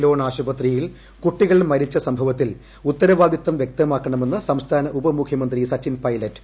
loan ആശുപത്രയിൽ കുട്ടികൾ മരിച്ച സംഭവത്തിൽ ഉത്തരവാദിത്വം വ്യക്തമാക്കണമെന്ന് സംസ്ഥാന ഉപമുഖ്യമന്ത്രി സച്ചിൻ പൈലറ്റ്